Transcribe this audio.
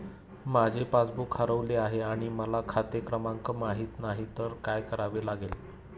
माझे पासबूक हरवले आहे आणि मला खाते क्रमांक माहित नाही तर काय करावे लागेल?